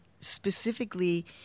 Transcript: specifically